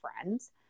friends